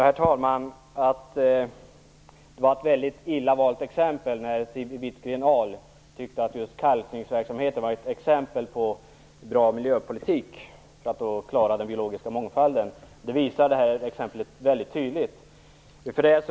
Herr talman! Siw Wittgren-Ahl tyckte att just kalkningsverksamheten är ett exempel på bra miljöpolitik för att klara den biologiska mångfalden, men det var ett väldigt illa valt exempel.